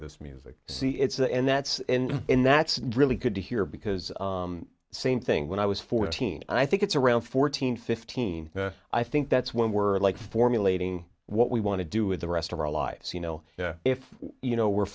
this music see it's the end that's in that's really good to hear because same thing when i was fourteen and i think it's around fourteen fifteen i think that's when we're like formulating what we want to do with the rest of our lives you know if you know we're